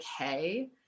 okay